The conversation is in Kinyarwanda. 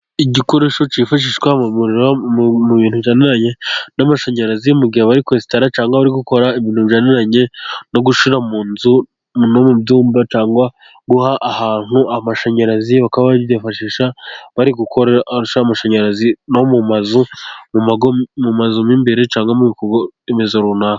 Igikoresho cyifashishwa mu bintu bijyaniranye n'amashanyarazi, mu gihe bari kwensitara cyangwa bari gukora ibintu bijyaniranye no gushyira mu nzu no mu byumba, cyangwa guha ahantu amashanyarazi. Bakaba babyifashisha bari gushyira amashanyarazi no mu mazu, mu mazu mo imbere cyangwa mu bikorwa remezo runaka.